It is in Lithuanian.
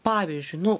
pavyzdžiui nu